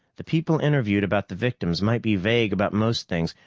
the people interviewed about the victims might be vague about most things,